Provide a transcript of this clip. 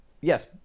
Yes